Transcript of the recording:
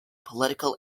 political